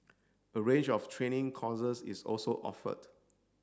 a range of training courses is also offered